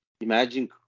imagine